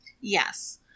Yes